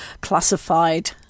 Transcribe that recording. classified